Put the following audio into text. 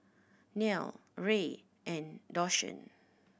Nile Rey and Deshawn